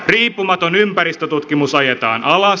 riippumaton ympäristötutkimus ajetaan alas